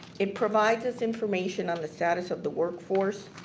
it provides us information on the status of the workforce,